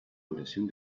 duración